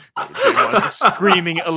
Screaming